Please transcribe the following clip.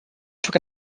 took